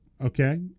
Okay